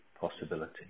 possibility